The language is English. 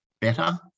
better